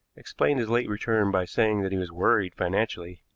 explained his late return by saying that he was worried financially,